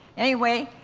anyway,